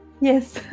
Yes